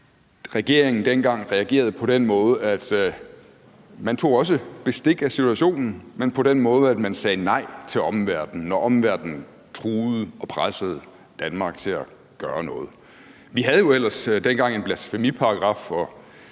dengang reagerede på den måde, at man også tog bestik af situationen, men på den måde, at man sagde nej til omverdenen, når omverdenen truede og pressede Danmark til at gøre noget. Vi havde jo ellers dengang en blasfemiparagraf,